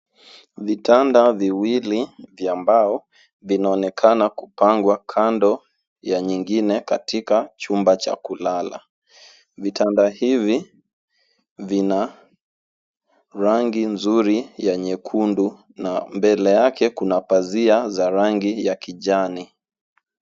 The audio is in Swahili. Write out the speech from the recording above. Vitanda viwili vya mbao vinaonekana kupangwa kando ya nyingine katika chumba cha kulala. Vitanda hivi vina rangi nzuri za nyekundu na mbele yake kuna pazia za rangi ya kijani.